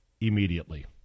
immediately